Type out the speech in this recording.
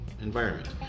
environment